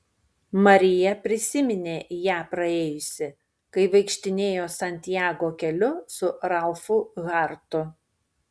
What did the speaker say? marija prisiminė ją praėjusi kai vaikštinėjo santjago keliu su ralfu hartu